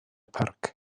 parc